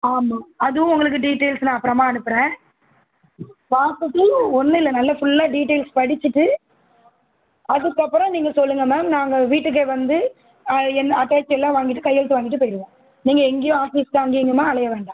ஆமாம் அதுவும் உங்களுக்கு டீட்டைல்ஸ் நான் அப்புறமா அனுப்புகிறேன் பார்த்துட்டு ஒன்னும் இல்லை நல்லா ஃபுல்லாக டீட்டைல்ஸ் படிச்சுட்டு அதுக்கப்புறம் நீங்கள் சொல்லுங்கள் மேம் நாங்கள் வீட்டுக்கே வந்து என்ன அட்டாச் எல்லாம் வாங்கிட்டு கையெழுத்து வாங்கிட்டு போய்டுவோம் நீங்கள் எங்கேயும் ஆஃபீஸுக்கு அங்கேயும் இங்கேயுமா அலைய வேண்டாம்